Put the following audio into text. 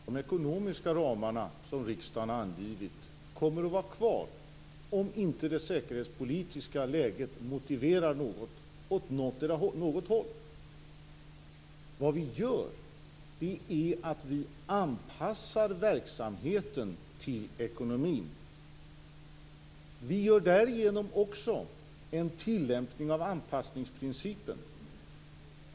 Fru talman! De ekonomiska ramar som riksdagen angivit kommer att vara kvar om inte det säkerhetspolitiska läget motiverar något åt någotdera håll. Vad vi gör är att vi anpassar verksamheten till ekonomin. Vi gör därigenom också en tillämpning av anpassningsprincipen.